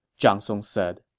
zhang song said.